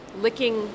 licking